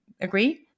agree